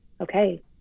okay